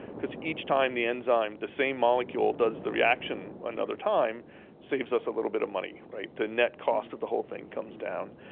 because each time the enzyme, the same molecule does the reaction another time, it saves us a little bit of money, the net cost of the whole thing comes down.